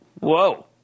Whoa